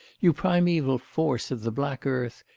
you primeval force of the black earth,